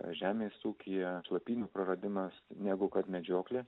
žemės ūkyje šlapynių praradimas negu kad medžioklė